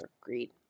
greed